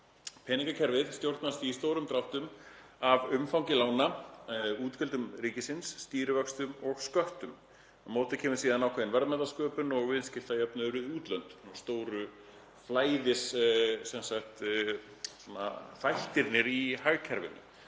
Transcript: Peningakerfið stjórnast í stórum dráttum af umfangi lána, útgjöldum ríkisins, stýrivöxtum og sköttum. Á móti kemur síðan ákveðin verðmætasköpun og viðskiptajöfnuður við útlönd; stóru flæðisþættirnir í hagkerfinu.